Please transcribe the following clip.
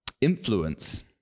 influence